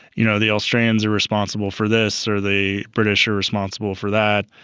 you know the australians are responsible for this or, the british are responsible for that.